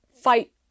fight